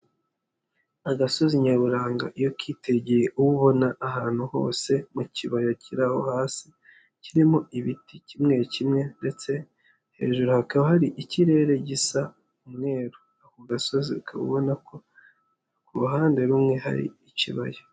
Agasozi nyaburanga iyo ukitegeye ubona ahantu hose mu kibaya kiri aho hasi, kirimo ibiti kimwe kimwe ndetse hejuru hakaba hari ikirere gisa umweru, ako gasozi ukaba ubona ko ku ruhande rumwe hari ikibaya.